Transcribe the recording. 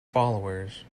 followers